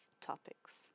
topics